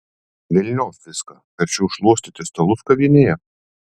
velniop viską verčiau šluostyti stalus kavinėje